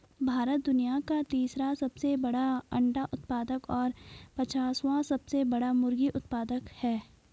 भारत दुनिया का तीसरा सबसे बड़ा अंडा उत्पादक और पांचवां सबसे बड़ा मुर्गी उत्पादक है